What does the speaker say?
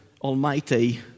Almighty